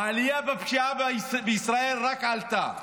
העלייה בפשיעה בישראל רק עלתה,